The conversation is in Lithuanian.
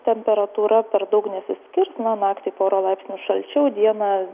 temperatūra per daug nesiskirs na naktį pora laipsnių šalčiau dieną